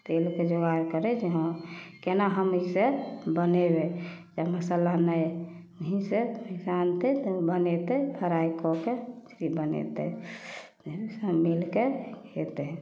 तेलके जोगाड़ करै ज हँ केना हम इसे बनेबै जब मसल्ला नहि हइ आनतै तऽ बनेतै फ्राइ कऽके फिर बनेतै जे सभ मिलके हेतै